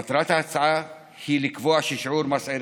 מטרת ההצעה היא לקבוע ששיעור מס ערך